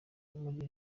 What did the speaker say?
muri